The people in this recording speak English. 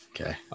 Okay